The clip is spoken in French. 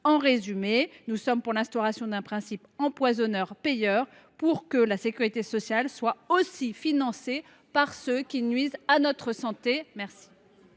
En résumé, nous sommes pour l’instauration d’un principe « empoisonneur payeur », afin que la sécurité sociale soit aussi financée par ceux qui nuisent à notre santé. Quel